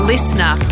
Listener